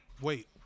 Wait